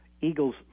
Eagles